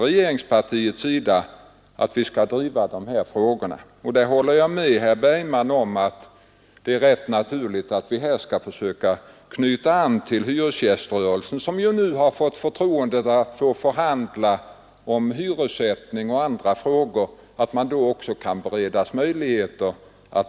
Jag vill gärna säga att saneringsutredningen utförde ett gott arbete, ja, ett pionjärarbete. Generaldirektör Sännås var ordförande. Herr Alvar Andersson var en av ledamöterna, herr Sven Ekström var en, och herr Bertil Petersson i Nybro var också med.